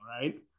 right